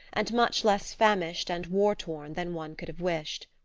and much less famished and war-worn than one could have wished.